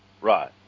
Right